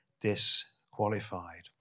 disqualified